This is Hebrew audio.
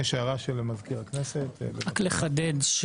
רק לחדד.